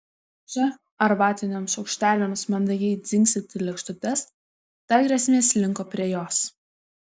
čia arbatiniams šaukšteliams mandagiai dzingsint į lėkštutes ta grėsmė slinko prie jos